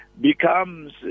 becomes